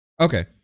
Okay